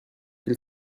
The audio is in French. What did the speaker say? fait